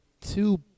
two